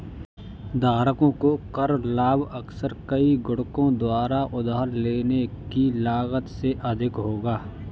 धारकों को कर लाभ अक्सर कई गुणकों द्वारा उधार लेने की लागत से अधिक होगा